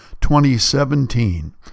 2017